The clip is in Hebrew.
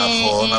נכון,